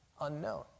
unknown